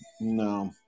no